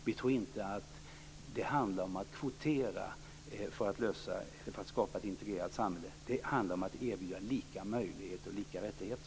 Vi tror inte att det handlar om att kvotera för att skapa ett integrerat samhälle. Det handlar om att erbjuda lika möjligheter och lika rättigheter.